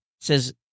says